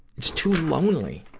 it's too lonely.